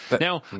Now